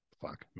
Fuck